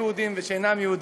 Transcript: יהודים ושאינם יהודים,